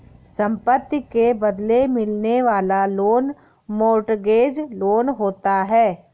संपत्ति के बदले मिलने वाला लोन मोर्टगेज लोन होता है